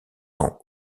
ans